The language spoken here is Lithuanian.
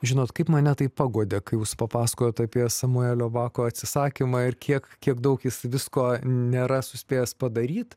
žinot kaip mane tai paguodė kai jūs papasakojote apie samuelio bako atsisakymą ir kiek kiek daug jis visko nėra suspėjęs padaryt